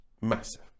massive